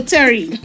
Terry